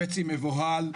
חצי מבוהל,